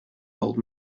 old